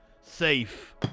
safe